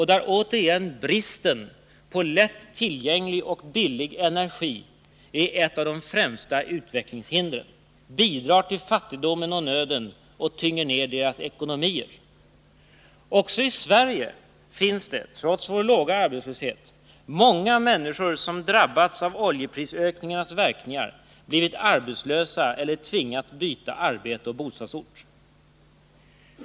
Där är bristen på lättillgänglig och billig energi ett av de främsta utvecklingshindren. Den bidrar till fattigdomen och nöden, och den tynger ner deras ekonomier. Också i Sverige finns det trots vår låga arbetslöshet många människor som drabbats av oljeprisökningarnas verkningar, blivit arbetslösa eller tvingats byta arbete och bostadsort.